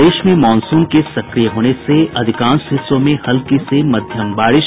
प्रदेश में मॉनसून के सक्रिय होने से अधिकांश हिस्सों में हल्की से मध्यम बारिश